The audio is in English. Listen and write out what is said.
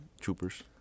Troopers